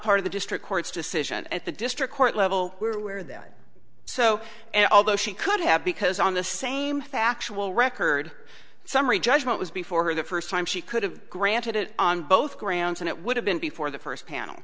part of the district court's decision at the district court level where that so and although she could have because on the same factual record summary judgment was before her the first time she could have granted it on both grounds and it would have been before the first panel